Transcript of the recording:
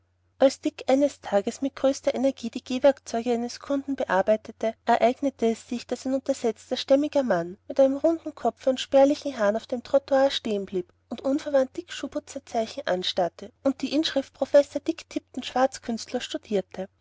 als dick eines tages mit größter energie die gehwerkzeuge eines kunden bearbeitete ereignete es sich daß ein untersetzter stämmiger mann mit einem runden kopfe und spärlichen haaren auf dem trottoir stehen blieb und unverwandt dicks schuhputzerzeichen anstarrte und die inschrift professor dick tipton schwarzkünstler studierte